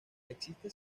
existe